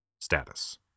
Status